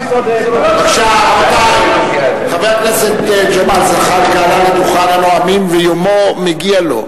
חבר הכנסת ג'מאל זחאלקה עלה לדוכן הנואמים ויומו מגיע לו.